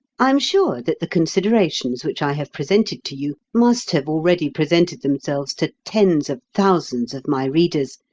i am sure that the considerations which i have presented to you must have already presented themselves to tens of thousands of my readers,